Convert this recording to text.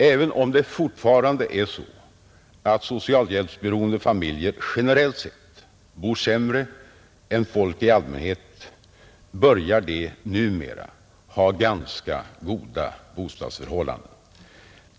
Även om det fortfarande är så, att socialhjälpsberoende familjer generellt sett bor sämre än folk i allmänhet, börjar de numera ha ganska goda bostadsförhållanden.